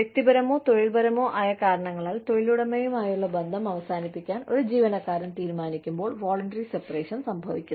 വ്യക്തിപരമോ തൊഴിൽപരമോ ആയ കാരണങ്ങളാൽ തൊഴിലുടമയുമായുള്ള ബന്ധം അവസാനിപ്പിക്കാൻ ഒരു ജീവനക്കാരൻ തീരുമാനിക്കുമ്പോൾ വോളണ്ടറി സെപറേഷൻ സംഭവിക്കുന്നു